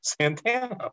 Santana